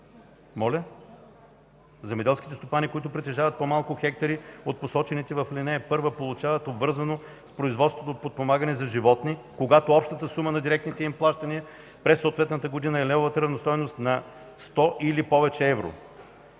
(2) Земеделските стопани, които притежават по-малко хектари от посочените в ал. 1, получават обвързано с производството подпомагане за животни, когато общата сума на директните им плащания през съответната година е левовата равностойност на 100 или повече евро.